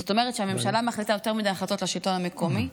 זאת אומרת שהממשלה מחליטה יותר מדי החלטות לשלטון המקומי,